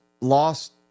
lost